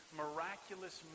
miraculous